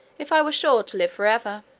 if i were sure to live for ever.